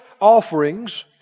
offerings